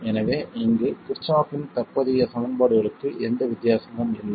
எனவே இங்கு கிர்ச்சோஃப்பின் தற்போதைய சமன்பாடுகளுக்கு எந்த வித்தியாசமும் இல்லை